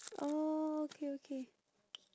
oh okay okay